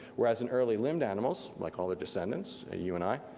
whereas in early limbed animals, like all their descendants, you and i,